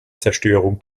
zerstörung